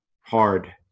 hard